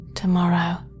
Tomorrow